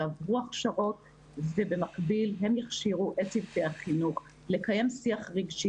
יעברו הכשרות ובמקביל הם יכשירו את צוותי החינוך לקיים שיח רגשי